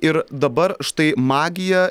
ir dabar štai magija